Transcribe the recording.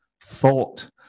thought